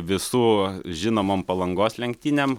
visų žinomom palangos lenktynėm